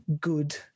good